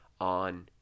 on